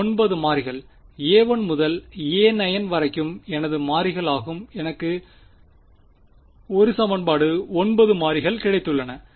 9 மாறிகள் a1 முதல் a9 வரைக்கும் எனது மாறிகள் ஆகும் எனக்கு 1 சமன்பாடு 9 மாறிகள் கிடைத்துள்ளன